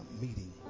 meeting